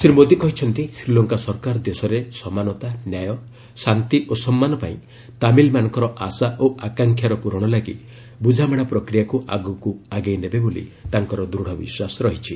ଶ୍ରୀ ମୋଦୀ କହିଚନ୍ତି ଶ୍ରୀଲଙ୍କା ସରକାର ଦେଶରେ ସମାନତା ନ୍ୟାୟ ଶାନ୍ତି ଓ ସମ୍ମାନ ପାଇଁ ତାମିଲମାନଙ୍କର ଆଶା ଓ ଆକାଂକ୍ଷାର ପୂରଣ ଲାଗି ବୁଝାମଣା ପ୍ରକ୍ରିୟାକୁ ଆଗକୁ ଆଗେଇ ନେବେ ବୋଲି ତାଙ୍କର ଦୂଢ଼ ବିଶ୍ୱାସ ରହିଛି